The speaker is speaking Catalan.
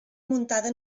muntada